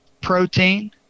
protein